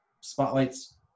spotlights